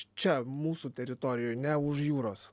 čia mūsų teritorijoj ne už jūros